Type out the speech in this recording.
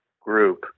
group